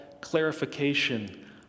clarification